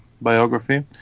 biography